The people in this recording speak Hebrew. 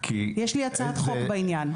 יש לי הצעת חוק בעניין.